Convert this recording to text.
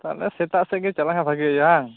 ᱛᱟᱦᱚᱞᱮ ᱥᱮᱛᱟᱜ ᱥᱮᱫ ᱜᱮ ᱪᱟᱞᱟᱣ ᱞᱮᱱᱠᱷᱟᱱ ᱵᱷᱟᱜᱮ ᱦᱩᱭᱩᱜ ᱟ